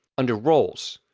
under roles,